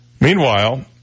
Meanwhile